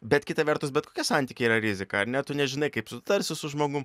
bet kita vertus bet kokie santykiai yra rizika ar ne tu nežinai kaip sutarsi su žmogum